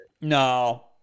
No